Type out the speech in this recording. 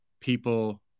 people